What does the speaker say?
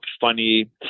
funny